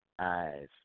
eyes